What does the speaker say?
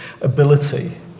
ability